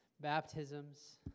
Baptisms